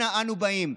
אנה אנו באים?